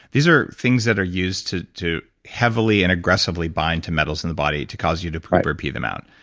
these are things that are used to to heavily and aggressively bind to metals in the body to cause you to poop or pee them out.